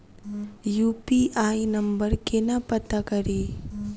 UPI number केना पत्ता कड़ी?